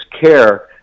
care